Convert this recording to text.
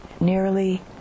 nearly